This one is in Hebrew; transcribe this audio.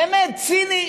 באמת ציני,